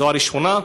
זו הראשונה.